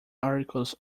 articles